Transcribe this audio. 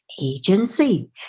agency